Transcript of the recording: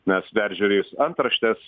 nes peržiūrėjus antraštes